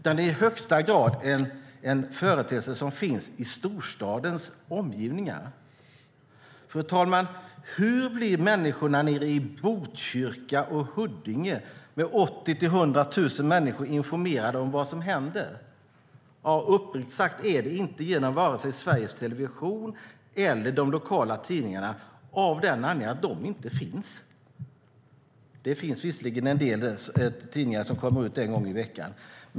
Den är i högsta grad en företeelse i storstadens omgivningar. Fru talman! Hur blir människorna nere i Botkyrka och Huddinge, med 80 000-100 000 invånare, informerade om vad som händer? Ja, uppriktigt sagt är det inte genom vare sig Sveriges Television eller de lokala tidningarna, av den anledningen att de inte finns. Det finns visserligen en del tidningar som kommer ut en gång i veckan.